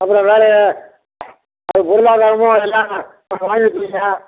அப்புறோம் வேறு அதற்கு பொருளாதாரமும் எல்லாமே கொஞ்சம் மாறி